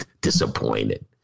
disappointed